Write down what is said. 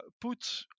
put